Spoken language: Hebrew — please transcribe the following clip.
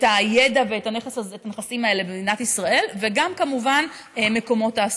הידע ואת הנכסים האלה במדינת ישראל וגם כמובן מקומות תעסוקה.